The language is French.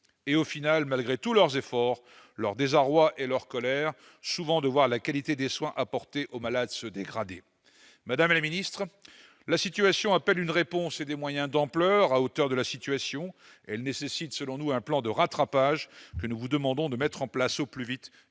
de voir, malgré tous leurs efforts, la qualité des soins apportés aux malades se dégrader. Madame la ministre, la situation appelle une réponse et des moyens d'ampleur, à la mesure de la situation. Elle nécessite, selon nous, un plan de rattrapage, que nous vous demandons de mettre en place au plus vite